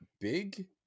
big